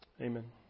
Amen